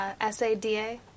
S-A-D-A